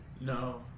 No